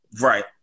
Right